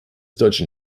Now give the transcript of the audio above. deutschen